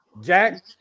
Jack